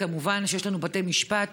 כמובן שיש לנו בתי משפט.